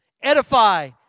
Edify